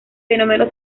fenómeno